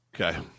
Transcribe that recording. Okay